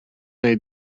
wnei